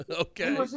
Okay